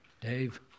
Dave